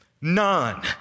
None